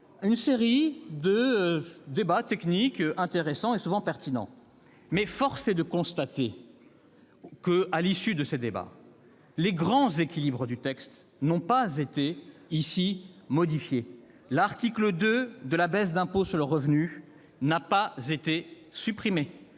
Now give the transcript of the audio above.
une série de débats techniques, intéressants et, souvent, pertinents, mais force est de constater que, à l'issue de ces débats, les grands équilibres du texte n'ont pas été modifiés. L'article 2 relatif à la baisse d'impôt sur le revenu n'a pas été supprimé.